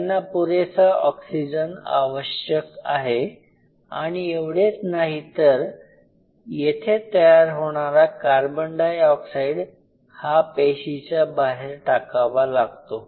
त्यांना पुरेसा ऑक्सिजन आवश्यक आहे आणि एवढेच नाही तर येथे तयार होणारा कार्बन डायऑक्साईड हा पेशीच्या बाहेर टाकावा लागतो